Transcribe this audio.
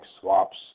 swaps